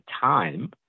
time